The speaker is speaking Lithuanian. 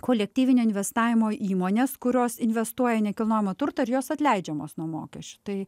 kolektyvinio investavimo įmonės kurios investuoja į nekilnojamą turtą ir jos atleidžiamos nuo mokesčio tai